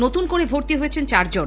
নতুন করে ভর্তি হয়েছেন চারজন